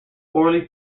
orally